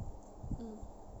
mm